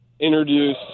introduce